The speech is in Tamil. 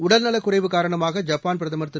உடல்நலக் குறைவு காரணமாக ஜப்பான் பிரதமர் திரு